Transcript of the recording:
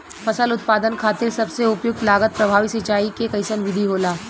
फसल उत्पादन खातिर सबसे उपयुक्त लागत प्रभावी सिंचाई के कइसन विधि होला?